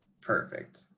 Perfect